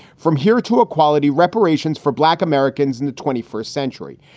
from here to equality reparations for black americans in the twenty first century.